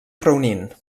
reunint